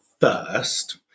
first